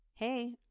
Hey